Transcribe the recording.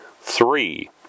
three